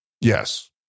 Yes